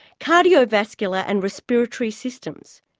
cardiovascular and respiratory systems.